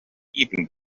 even